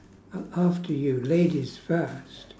a~ after you ladies first